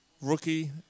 rookie